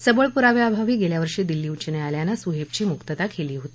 सबळ पुराव्याअभावी गेल्यावर्षी दिल्ली उच्च न्यायालयानं सुहेबची मुक्तता केली होती